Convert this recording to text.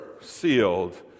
sealed